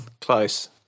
Close